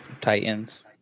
Titans